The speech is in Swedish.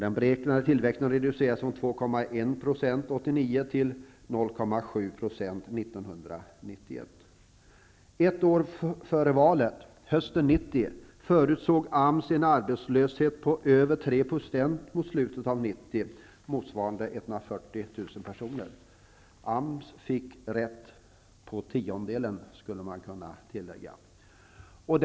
Den beräknade tillväxten reducerades från 2,1 % 1989 Ett år före valet, hösten 1990, förutsåg AMS en arbetslöshet på över 3 % mot slutet av 1990, motsvarande 140 000 personer. Det går att tillägga att AMS fick rätt på tiondedelen när.